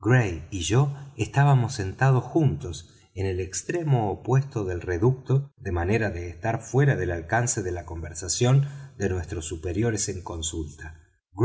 y yo estábamos sentados juntos en el extremo opuesto del reducto de manera de estar fuera del alcance de la conversación de nuestros superiores en consulta